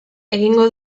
egingo